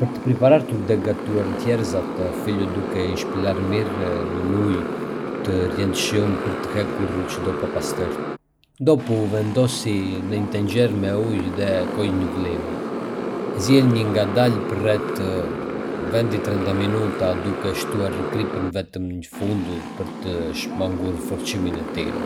Për të priparartur dhe gatuar thjerrëzat, fillo duke i shpëlarë mirë nën ujë të rrjedhshëm për të hequr çdo papastërti. Dopu vendosi në një tenxhere me ujë dhe çoji në vlim. Ziejini ngadalë për rreth venti-trenta minuta, duke shtuar kripën vetëm në fund për të shmangur forcimin e tyre.